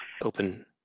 open